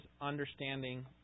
understanding